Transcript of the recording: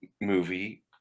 movie